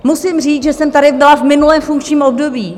Musím říct, že jsem tady byla v minulém funkčním období.